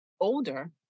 older